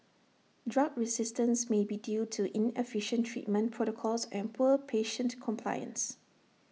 drug resistance may be due to inefficient treatment protocols and poor patient compliance